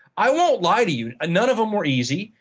i won't lie to you. none of them were easy,